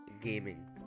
Gaming